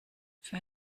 für